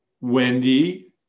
Wendy